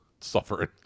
suffering